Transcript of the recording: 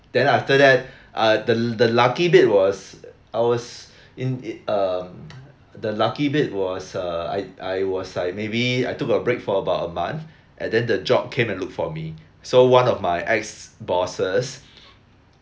then after that uh the the lucky bit was I was in uh the lucky bit was uh I I was like maybe I took a break for about a month and then the job came and look for me so one of my ex bosses